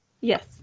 Yes